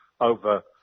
over